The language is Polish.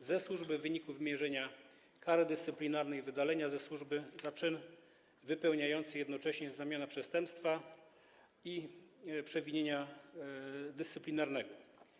ze służby w wyniku wymierzenia kary dyscyplinarnej w postaci wydalenia ze służby za czyn wypełniający jednocześnie znamiona przestępstwa i przewinienia dyscyplinarnego.